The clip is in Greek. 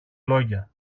λόγια